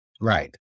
Right